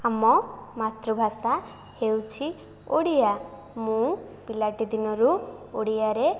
ଆମ ମାତୃଭାଷା ହେଉଛି ଓଡ଼ିଆ ମୁଁ ପିଲାଟି ଦିନରୁ ଓଡ଼ିଆରେ